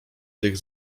tych